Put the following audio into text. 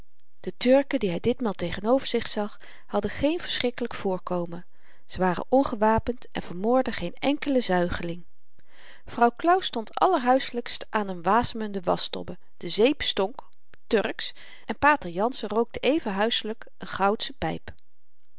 de turken die hy ditmaal tegenover zich zag hadden geen verschrikkelyk voorkomen ze waren ongewapend en vermoordden geen enkelen zuigeling vrouw claus stond allerhuiselykst aan n wasemende waschtobbe de zeep stonk turksch en pater jansen rookte even huiselyk n goudsche pyp